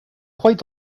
quite